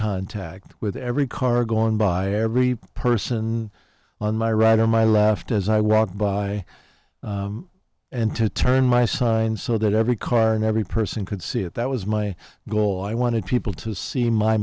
contact with every car going by every person on my right or my left as i walked by and to turn my sign so that every car and every person could see it that was my goal i wanted people to see my